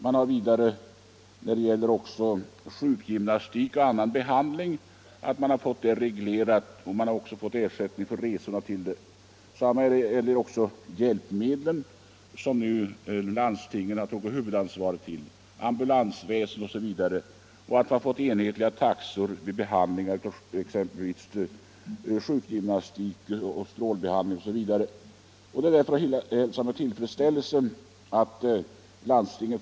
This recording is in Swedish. Man har vidare fått sjukgymnastik och annan behandling reglerad. Landstingen erhåller ersättning för resor och hjälpmedel — kostnader som nu landstingen står för. Det gäller även ambulansväsendet. Taxorna för sjukgymnastik och strålbehandling har gjorts enhetliga.